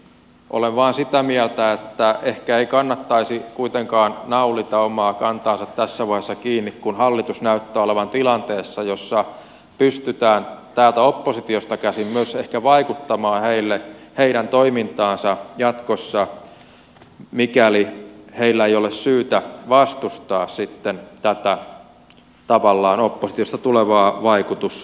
olen vain sitä mieltä että ehkä ei kannattaisi kuitenkaan naulita omaa kantaansa tässä vaiheessa kiinni kun hallitus näyttää olevan tilanteessa jossa pystytään täältä oppositiosta käsin myös ehkä vaikuttamaan heidän toimintaansa jatkossa mikäli heillä ei ole syytä vastustaa sitten tätä tavallaan oppositiosta tulevaa vaikutushalua